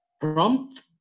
prompt